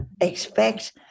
expect